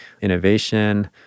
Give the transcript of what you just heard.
innovation